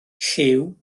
lliw